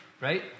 right